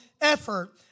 effort